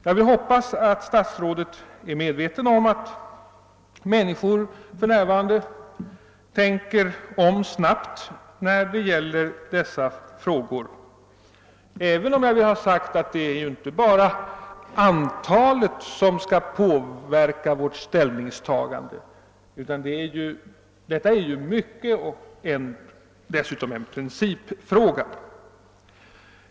Jag hoppas att statsrådet är medveten om att människorna f.n. snabbt ändrar ståndpunkt när det gäller dessa frågor — även om jag vill framhålla att det inte bara är antalet som skall påverka vårt ställningstagande utan att det dessutom i mycket gäller en principfråga.